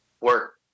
work